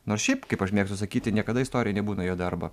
nors šiaip kaip aš mėgstu sakyti niekada istorija nebūna juoda arba